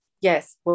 Yes